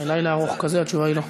עם לילה ארוך כזה, התשובה היא לא.